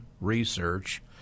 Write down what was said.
research